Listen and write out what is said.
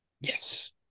Yes